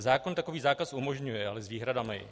Zákon takový zákaz umožňuje, ale s výhradami.